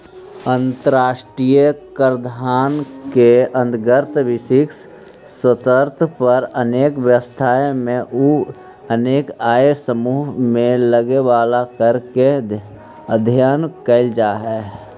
अंतर्राष्ट्रीय कराधान के अंतर्गत वैश्विक स्तर पर अनेक व्यवस्था में अउ अनेक आय समूह में लगे वाला कर के अध्ययन कैल जा हई